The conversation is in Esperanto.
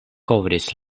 kovris